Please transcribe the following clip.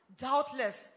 doubtless